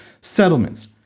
Settlements